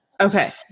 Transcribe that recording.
okay